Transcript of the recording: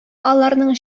аларның